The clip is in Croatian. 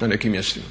na nekim mjestima.